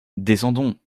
descendons